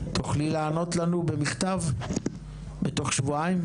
תוכלי לענות לנו במכתב בתוך שבועיים?